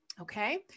Okay